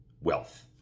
wealth